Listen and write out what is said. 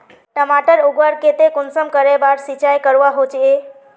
टमाटर उगवार केते कुंसम करे बार सिंचाई करवा होचए?